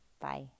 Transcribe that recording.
Bye